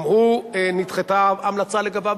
גם הוא, נדחתה ההמלצה לגביו.